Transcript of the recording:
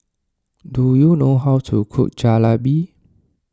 do you know how to cook Jalebi